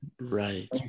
right